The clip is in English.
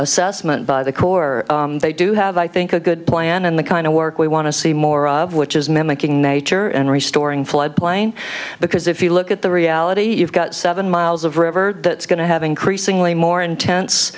assessment by the corps they do have i think a good plan and the kind of work we want to see more of which is mimicking nature and restoring flood plain because if you look at the reality you've got seven miles of river that's going to have increasingly more intense